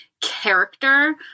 character